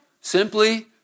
Simply